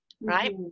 Right